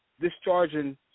discharging